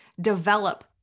develop